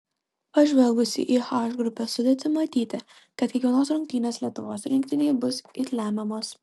pažvelgus į h grupės sudėtį matyti kad kiekvienos rungtynės lietuvos rinktinei bus it lemiamos